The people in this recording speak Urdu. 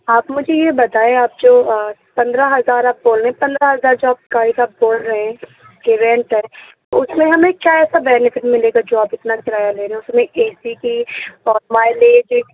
آپ مجھے یہ بتائیں آپ جو پندرہ ہزار آپ بول رہے ہیں پندرہ ہزار جو آپ گاڑی کا بول رہے ہیں کہ رینٹ ہے تو اُس میں ہمیں کیا ایسا بینیفیٹ مِلے گا جو آپ اتنا کرایہ لے رہے ہو پھر اے سی کی ٹاپ مائیلیج